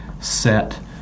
set